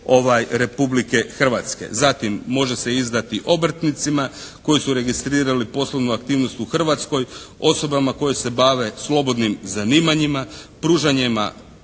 Republike Hrvatske. Zatim može se izdati obrtnicima koji su registrirali poslovnu aktivnost u Hrvatskoj. Osobama koje se bave slobodnim zanimanjima, pružanjima